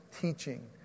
teaching